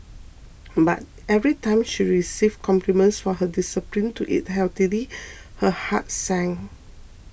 but every time she received compliments for her discipline to eat healthily her heart sank